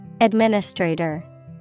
Administrator